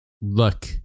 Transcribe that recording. look